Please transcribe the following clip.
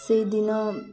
ସେହିଦିନ